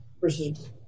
versus